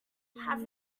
have